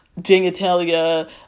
genitalia